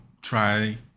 try